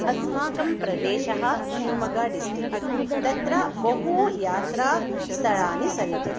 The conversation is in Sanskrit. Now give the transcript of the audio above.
अस्माकं प्रदेशः शिवमोग्गा डिस्ट्रिक्ट् तत्र बहु यात्रास्थलानि सन्ति